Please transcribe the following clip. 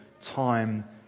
time